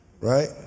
right